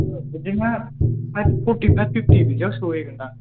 बिदिनो आं five forty five fifty बिदियाव सौहैगोनदां